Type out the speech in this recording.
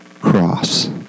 cross